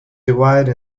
divide